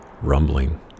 rumbling